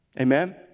Amen